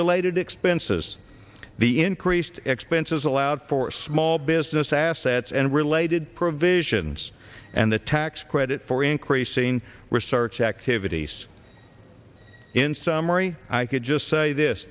related expenses the increased expenses allowed for small business assets and related provisions and the tax credit for increasing research activities in summary i could just say this